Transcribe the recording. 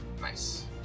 Nice